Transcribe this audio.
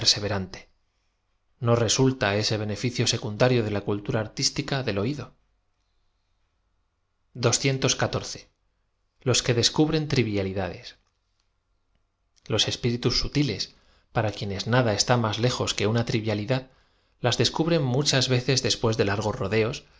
perseverante no resulta ese benefi cío secundario de la cultura artística del oido í que descubren trivialidades loa espíritus sutiles p ara quienes nada está más lejos que una trivialidad descubren muchas veces después de largos rodeos